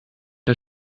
der